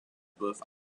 both